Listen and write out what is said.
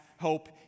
Hope